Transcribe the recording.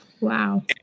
Wow